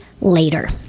later